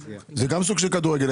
זה גם סוג של כדורגל,